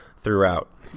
throughout